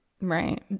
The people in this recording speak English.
right